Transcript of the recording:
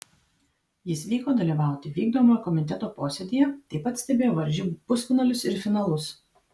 jis vyko dalyvauti vykdomojo komiteto posėdyje taip pat stebėjo varžybų pusfinalius ir finalus